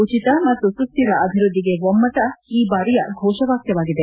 ಉಚಿತ ಮತ್ತು ಸುಸ್ಹಿರ ಅಭಿವೃದ್ದಿಗೆ ಒಮ್ಮತ ಈ ಬಾರಿಯ ಘೋಷ ವಾಕ್ಲವಾಗಿದೆ